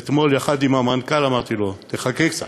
אתמול, יחד עם המנכ"ל, אמרתי לו: תחכה קצת.